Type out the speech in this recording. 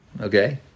Okay